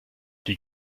die